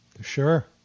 Sure